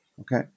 okay